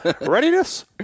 readiness